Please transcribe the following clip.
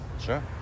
Sure